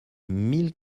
mille